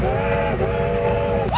oh